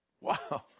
Wow